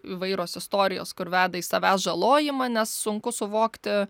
įvairios istorijos kur veda į savęs žalojimą nes sunku suvokti